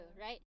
right